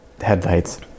headlights